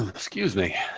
excuse me.